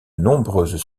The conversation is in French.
nombreuses